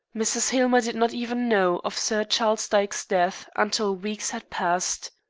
mrs. hillmer did not even know of sir charles dyke's death until weeks had passed.